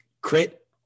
Crit